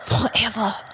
Forever